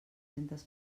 centes